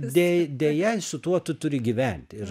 de deja su tuo tu turi gyvent ir